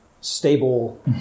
stable